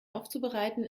aufzubereiten